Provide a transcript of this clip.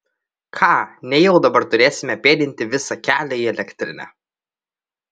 ką nejau dabar turėsime pėdinti visą kelią į elektrinę